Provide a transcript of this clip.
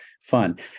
fun